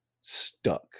stuck